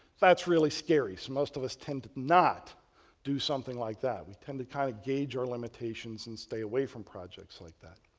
that's really scary so most of us tend to not do something like that. we tend to kind of gauge our limitations and stay away from projects like that.